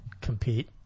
compete